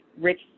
rich